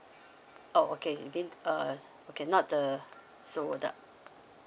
oh okay again err okay not the